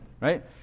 right